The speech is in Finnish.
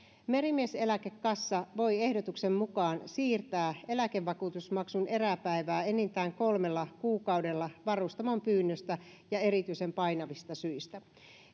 merimieseläkekassa voi ehdotuksen mukaan siirtää eläkevakuutusmaksun eräpäivää enintään kolmella kuukaudella varustamon pyynnöstä ja erityisen painavista syistä